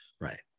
Right